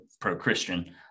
pro-christian